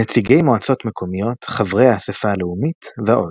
נציגי מועצות מקומיות, חברי האספה הלאומית ועוד.